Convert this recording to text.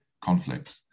conflict